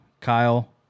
Kyle